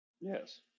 Yes